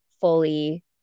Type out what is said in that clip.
fully